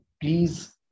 please